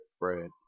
Right